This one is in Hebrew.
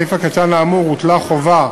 בסעיף האמור הוטלה חובה